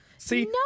see